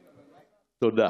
תודה.